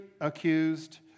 accused